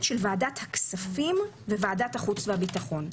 של ועדת הכספים ו-וועדת החוץ והביטחון.